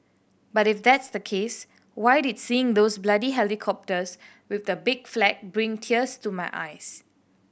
but if that's the case why did seeing those bloody helicopters with that big flag bring tears to my eyes